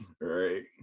Right